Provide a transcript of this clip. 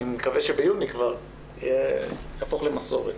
אני מקווה שביוני זה כבר יהפוך למסורת.